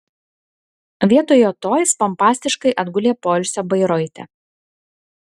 vietoje to jis pompastiškai atgulė poilsio bairoite